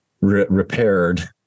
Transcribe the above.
repaired